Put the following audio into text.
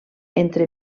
entre